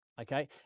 Okay